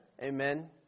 Amen